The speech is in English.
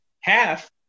Half